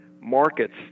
markets